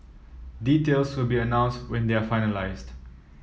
details will be announced when they are finalised